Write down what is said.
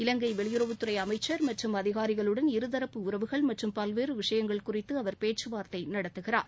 இலங்கை வெளியுறவுத்துறை அமைச்சர் மற்றும் அதிகாரிகளுடன் இருதரப்பு உறவுகள் மற்றும் பல்வேறு விஷயங்கள் குறித்து அவர் பேச்சுவார்த்தை நடத்த உள்ளார்